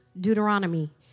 Deuteronomy